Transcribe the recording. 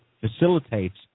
facilitates